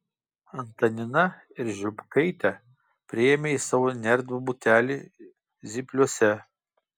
antanina ir žiupkaitę priėmė į savo neerdvų butelį zypliuose